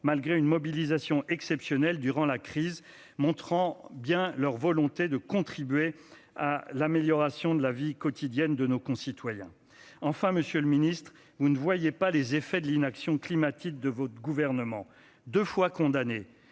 dont celles-ci ont fait preuve durant la crise, montrant bien leur volonté de contribuer à l'amélioration de la vie quotidienne de nos concitoyens. Enfin, monsieur le ministre, vous ne voyez pas les effets de l'inaction climatique de votre gouvernement, deux fois condamné